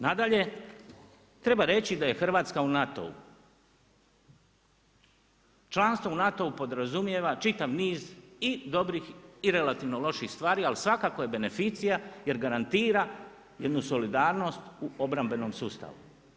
Nadalje, treba reći da je Hrvatska u NATO-u, članstvo u NATO-u podrazumijeva čitav niz i dobrih i relativno loših stvari, ali svakako je beneficija, jer garantira jednu solidarnost u obrambenom sustavu.